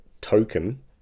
token